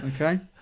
okay